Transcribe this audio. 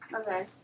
Okay